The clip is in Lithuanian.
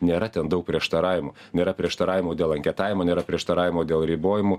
nėra ten daug prieštaravimų nėra prieštaravimų dėl anketavimo nėra prieštaravimų dėl ribojimų